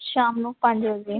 ਸ਼ਾਮ ਨੂੰ ਪੰਜ ਵਜੇ